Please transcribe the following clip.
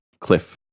cliff